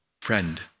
Friend